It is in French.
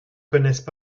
connaissent